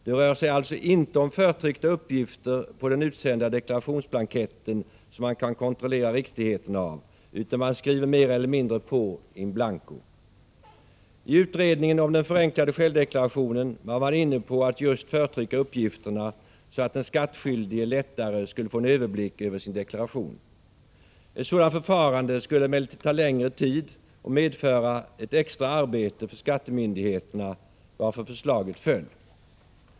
Det rör sig alltså inte om förtryckta uppgifter på den utsända deklarationsblanketten som man kan kontrollera riktigheten av utan man skriver mer eller mindre på in blanko. I utredningen om den förenklade självdeklarationen var man inne på att just förtrycka uppgifterna, så att den skattskyldige lättare skulle få en överblick över sin deklaration. Ett sådant förfarande skulle emellertid ta längre tid än det som nu föreslås och medföra ett extra arbete för skattemyndigheterna, varför förslaget föll.